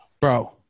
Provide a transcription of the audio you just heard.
Bro